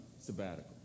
sabbatical